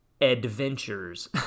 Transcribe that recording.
adventures